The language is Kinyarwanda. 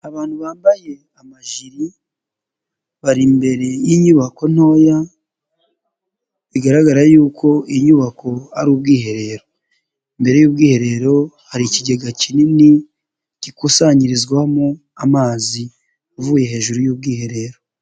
Abantu bambaye amajiri, bari imbere y'inyubako ntoya, bigaragara yuko inyubako ari ubwiherero, imbere y'ubwiherero hari ikigega kinini gikusanyirizwamo amazi, avuye hejuru y'ubwiherero.